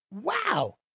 Wow